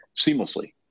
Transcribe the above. seamlessly